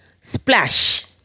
splash